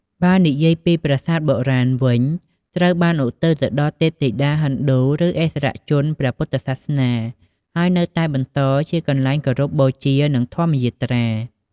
បើយើងនិយាយពីប្រាសាទបុរាណវិញ ត្រូវបានឧទ្ទិសទៅដល់ទេពធីតាហិណ្ឌូ ឬឥស្សរជនព្រះពុទ្ធសាសនា ហើយនៅតែបន្តជាទីកន្លែងគោរពបូជា និងធម្មយាត្រា។